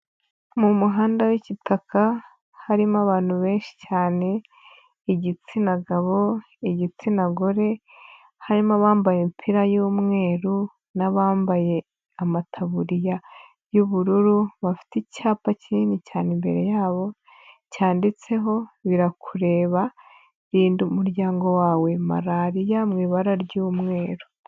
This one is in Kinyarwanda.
Ni umuhanda w'igitaka harimo abantu benshi cyane igitsina gabo, igitsina gore, harimo abambaye imipira y'umweru n'abambaye amataburiya y'ubururu bafite icyapa kinini cyane imbere yabo cyanditseho "Birakureba, rinda umuryango wawe Malariya" mu ibara ry'umweru.